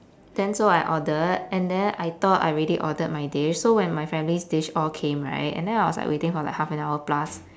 then so I ordered and then I thought I already ordered my dish so when my family's dish all came right and then I was like waiting for like half an hour plus